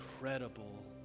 incredible